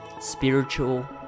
Spiritual